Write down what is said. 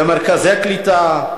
במרכזי הקליטה,